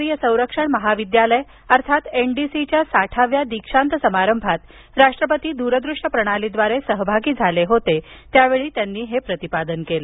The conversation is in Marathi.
राष्ट्रीय संरक्षण महाविद्यालय अर्थात एनडीसीच्या साठाव्या दीक्षांत समारंभात राष्ट्रपती दूरदृश्य प्रणालीद्वारे सहभागी झाले होते त्यावेळी त्यांनी हे प्रतिपादन केलं